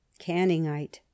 Canningite